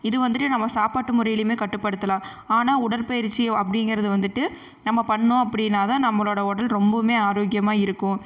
இது வந்துட்டு நம்ம சாப்பாட்டு முறையிலேயுமே கட்டுப்படுத்தலாம் ஆனால் உடற்பயிற்சி அப்படிங்கிறது வந்துட்டு நம்ம பண்ணோம் அப்படின்னாதான் நம்மளோட உடல் ரொம்பவுமே ஆரோக்கியமாக இருக்கும்